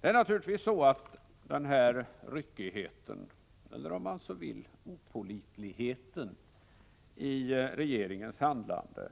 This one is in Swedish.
Det är naturligtvis så att den här ryckigheten, eller om man så vill opålitligheten i regeringens handlande,